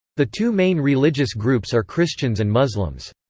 the two main religious groups are christians and muslims.